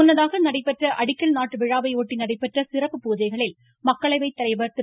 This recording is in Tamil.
முன்னதாக நடைபெற்ற அடிக்கல் நாட்டு விழாவை ஒட்டி நடைபெற்ற சிறப்பு பூஜைகளில் மக்களவை தலைவர் திரு